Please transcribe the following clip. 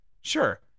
Sure